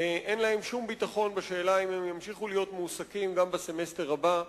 אין להם שום ביטחון בשאלה אם הם ימשיכו להיות מועסקים גם בסמסטר הבא,